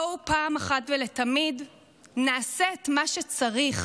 בואו פעם אחת ולתמיד נעשה את מה שצריך,